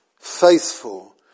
faithful